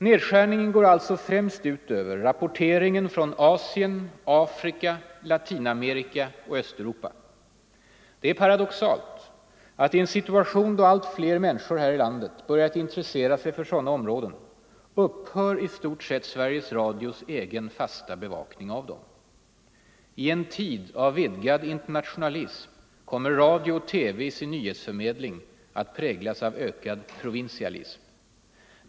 Nedskärningen går alltså främst ut över rapporteringen från Asien, Afrika, Latinamerika och Östeuropa. Det är paradoxalt att i en situation, då allt fler människor här i landet börjat intressera sig för sådana områden, upphör i stort sett Sveriges Radios egen fasta bevakning av dem. I en tid av vidgad internationalism kommer radio och TV i sin nyhetsförmedling att präglas av ökad provinsialism.